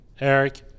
Eric –